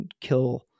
kill